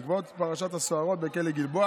בעקבות פרשת הסוהרות בכלא גלבוע